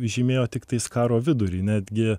žymėjo tiktais karo vidurį netgi